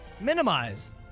Minimize